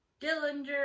Dillinger